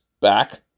back